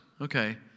Okay